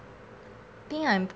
think I'm